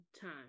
time